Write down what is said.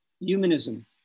Humanism